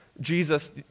Jesus